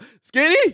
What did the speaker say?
skinny